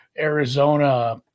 Arizona